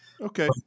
Okay